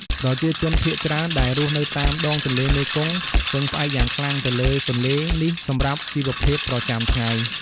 ប្រជាជនភាគច្រើនដែលរស់នៅតាមដងទន្លេមេគង្គពឹងផ្អែកយ៉ាងខ្លាំងទៅលើទន្លេនេះសម្រាប់ជីវភាពប្រចាំថ្ងៃ។